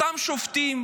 אותם שופטים